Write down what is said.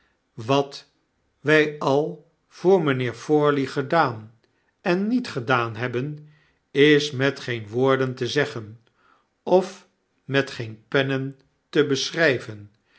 wat wyal voor mynheer forley gedaan en niet gedaan hebben is met geen woorden te zeggen of met geen pennen te beschryven